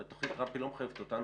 הרי התוכנית לא מחייבת אותנו.